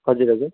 हजुर हजुर